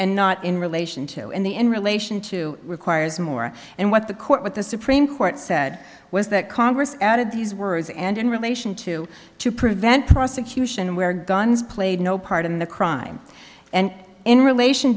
and not in relation to and the in relation to requires more and what the court what the supreme court's that was that congress added these words and in relation to to prevent prosecution where guns played no part in the crime and in relation